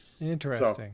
Interesting